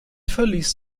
verließ